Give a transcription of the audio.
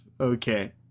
Okay